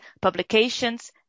publications